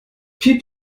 piep